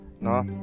no